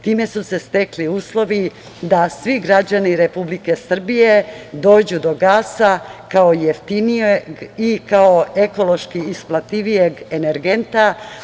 Time su se stekli uslovi da svi građani Republike Srbije dođu do gasa kao jeftinijeg i kao ekološki isplativijeg energenta.